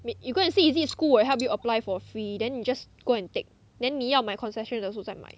you go and see is it school will help you apply for free then you just go and take then 你要买 concession 的时候再买